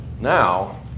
Now